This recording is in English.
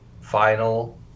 Final